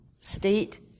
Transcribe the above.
state